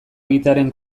egitearen